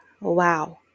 Wow